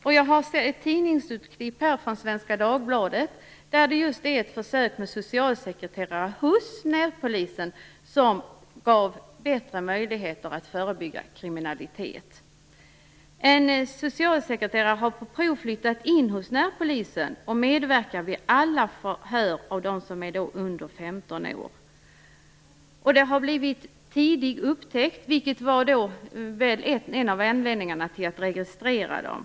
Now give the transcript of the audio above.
Jag har här ett tidningsklipp ur Svenska Dagbladet, där man berättar om att just ett försök med socialsekreterare hos närpolisen gav bättre möjligheter att förebygga kriminalitet. En socialsekreterare har på prov flyttat in hos närpolisen och medverkar vid alla förhör av dem som är under 15 år. Resultatet har blivit tidig upptäckt, vilket väl var en av anledningarna till att registrera dem.